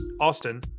Austin